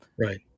Right